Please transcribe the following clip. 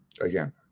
again